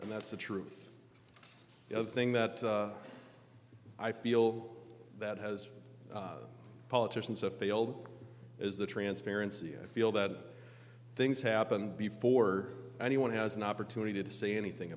and that's the truth the thing that i feel that has politicians have failed is the transparency i feel that things happened before anyone has an opportunity to say anything